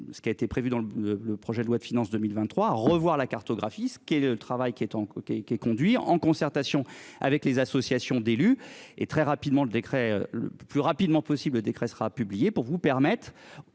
ce qui a été prévu dans le projet de loi de finances 2023, revoir la cartographie ce qu'est le travail qui est en cours qui est qui est conduire en concertation avec les associations d'élus et très rapidement le décret le plus rapidement possible. Le décret sera publié pour vous permettre